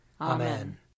Amen